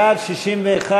סעיף 35,